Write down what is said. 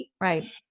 right